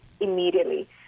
immediately